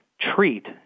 treat